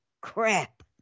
crap